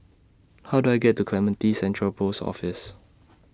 How Do I get to Clementi Central Post Office